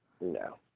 No